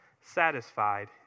satisfied